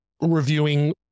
reviewing